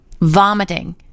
vomiting